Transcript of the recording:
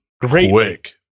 Great